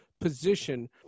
position